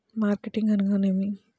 Marketing అనగానేమి?